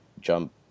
jump